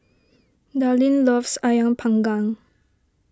Darline loves Ayam Panggang